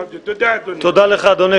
תודה, אדוני.